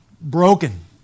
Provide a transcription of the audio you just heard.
broken